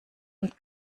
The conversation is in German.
und